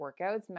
workouts